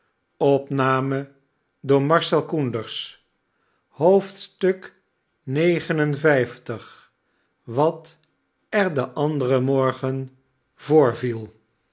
wat er den anderen morgen voorviel